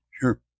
sure